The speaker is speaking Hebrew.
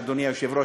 אדוני היושב-ראש,